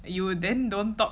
you then don't talk